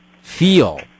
feel